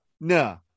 No